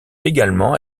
également